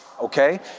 okay